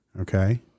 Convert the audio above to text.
okay